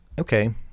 Okay